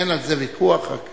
אין על זה ויכוח, רק